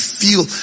feel